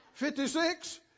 56